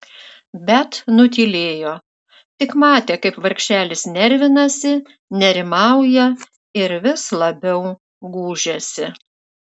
bet nutylėjo tik matė kaip vargšelis nervinasi nerimauja ir vis labiau gūžiasi